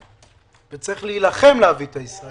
אני מתכבד לפתוח את ישיבת ועדת הכלכלה